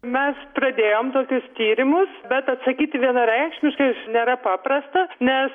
mes pradėjom tokius tyrimus bet atsakyti vienareikšmiškai aš nėra paprasta nes